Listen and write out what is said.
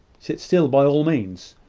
sit still, by all means.